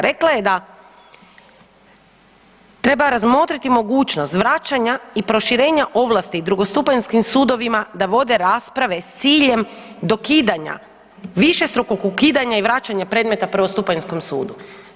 Rekla je da treba razmotriti mogućnost vraćanja i proširenja ovlasti drugostupanjskim sudovima da vode rasprave s ciljem dokidanja, višestrukog ukidanja i vraćanja predmeta prvostupanjskom sudu.